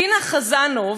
דינה חזנוב.